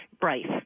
Bryce